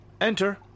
Enter